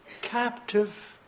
captive